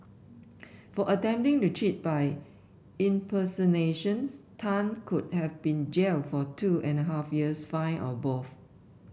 for attempting to cheat by impersonations Tan could have been jailed for two and a half years fine or both